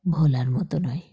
ভোলার মতো নয়